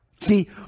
See